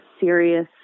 serious